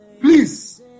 please